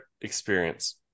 experience